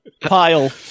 pile